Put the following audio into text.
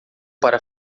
para